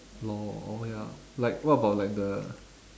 lol oh ya like what about like the